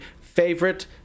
favorite